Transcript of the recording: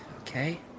okay